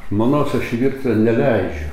žmonos aš į virtuvę neleidžiu